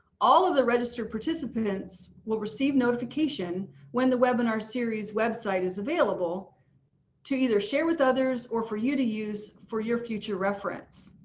all of the registered participants will receive notification when the webinar series website is available to either share with others, or for you to use for your future reference.